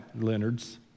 Leonards